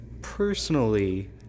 personally